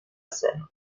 seine